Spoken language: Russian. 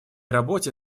работе